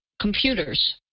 computers